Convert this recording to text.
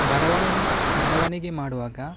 ಬರವಣಿಗೆ ಬರವಣಿಗೆ ಮಾಡುವಾಗ